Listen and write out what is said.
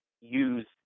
use